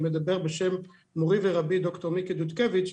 מדבר בשם מורי ורבי דוקטור מיקי דודקביץ',